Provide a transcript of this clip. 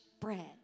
bread